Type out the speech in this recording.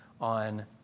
on